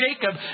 Jacob